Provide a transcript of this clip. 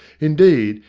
indeed,